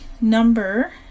number